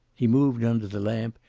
he moved under the lamp,